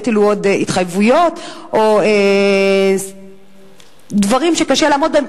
יטילו עוד התחייבויות או דברים שקשה לעמוד בהם,